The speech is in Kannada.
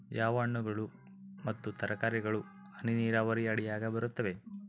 ಯಾವ ಹಣ್ಣುಗಳು ಮತ್ತು ತರಕಾರಿಗಳು ಹನಿ ನೇರಾವರಿ ಅಡಿಯಾಗ ಬರುತ್ತವೆ?